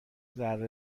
ذره